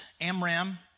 Amram